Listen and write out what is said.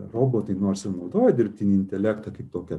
robotai nors ir naudoja dirbtinį intelektą kaip tokią